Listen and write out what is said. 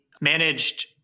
managed